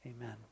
Amen